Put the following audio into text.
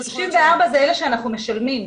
--- 34,000 זה אלה שאנחנו משלמים.